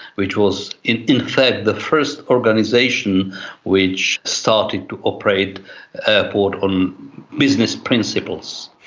which was in in fact the first organisation which started to operate ah on on business principles.